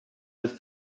with